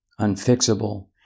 unfixable